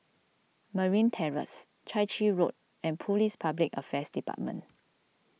Merryn Terrace Chai Chee Road and Police Public Affairs Department